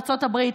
ארצות הברית,